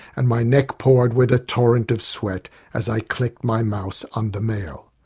and my neck poured with a torrent of sweat as i clicked my mouse on the mail.